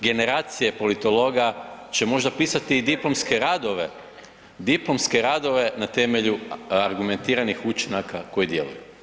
Generacije politologa će možda pisati i diplomske radove, diplomske radove na temelju argumentiranih učinaka koji djeluju.